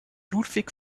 ludwig